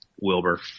Wilbur